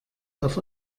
auf